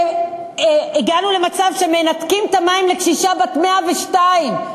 הגענו למצב שמנתקים את המים לקשישה בת 102,